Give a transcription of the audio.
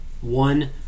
One